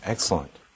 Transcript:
Excellent